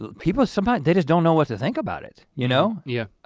but people sometimes, they just don't know what to think about it, you know? yeah.